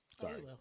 Sorry